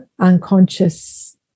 unconscious